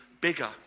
bigger